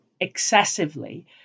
excessively